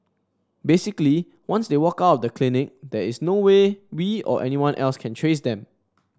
basically once they walk out of the clinic there is no way we or anyone else can trace them